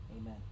Amen